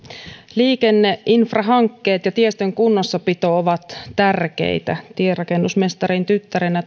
liikenneinfrahankkeet ja tiestön kunnossapito ovat tärkeitä tienrakennusmestarin tyttärenä